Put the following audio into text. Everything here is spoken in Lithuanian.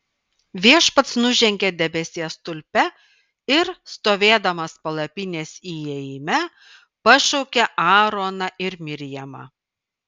viešpats nužengė debesies stulpe ir stovėdamas palapinės įėjime pašaukė aaroną ir mirjamą